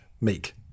Meek